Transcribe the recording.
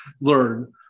learn